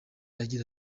agira